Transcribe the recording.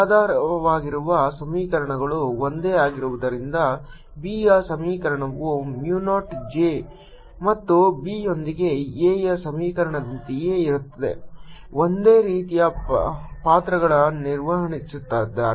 ಆಧಾರವಾಗಿರುವ ಸಮೀಕರಣಗಳು ಒಂದೇ ಆಗಿರುವುದರಿಂದ B ಯ ಸಮೀಕರಣವು mu ನಾಟ್ j ಮತ್ತು B ಯೊಂದಿಗೆ A ಯ ಸಮೀಕರಣದಂತೆಯೇ ಇರುತ್ತದೆ ಒಂದೇ ರೀತಿಯ ಪಾತ್ರಗಳನ್ನು ನಿರ್ವಹಿಸುತ್ತಿದ್ದಾರೆ